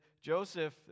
Joseph